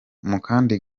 gace